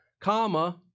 comma